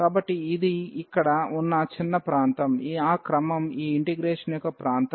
కాబట్టి ఇది ఇక్కడ ఉన్న చిన్న ప్రాంతం ఆ క్రమం ఈ ఇంటిగ్రేషన్ యొక్క ప్రాంతం